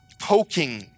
Poking